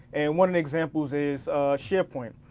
and one of the examples is sharepoint.